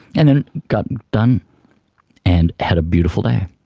and then got it done and had a beautiful day.